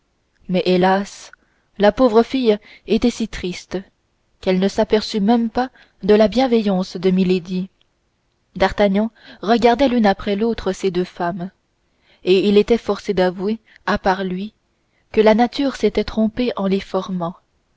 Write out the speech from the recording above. mais hélas la pauvre fille était si triste qu'elle ne s'aperçut même pas de la bienveillance de milady d'artagnan regardait l'une après l'autre ces deux femmes et il était forcé de s'avouer que la nature s'était trompée en les formant